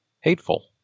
Hateful